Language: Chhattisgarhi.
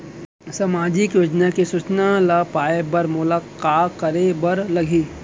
सामाजिक योजना के सूचना ल पाए बर मोला का करे बर लागही?